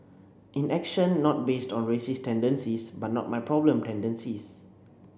inaction not based on racist tendencies but not my problem tendencies